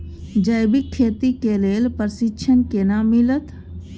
जैविक खेती के लेल प्रशिक्षण केना मिलत?